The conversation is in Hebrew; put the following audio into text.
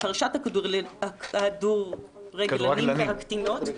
"פרשת הכדורגלנים והקטינות".